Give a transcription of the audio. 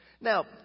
Now